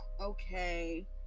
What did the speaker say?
okay